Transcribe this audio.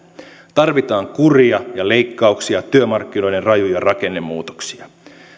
tarvitaan kuria ja leikkauksia työmarkkinoiden rajuja rakennemuutoksia